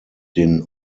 den